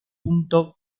punto